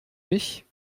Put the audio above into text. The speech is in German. mich